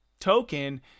token